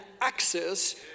access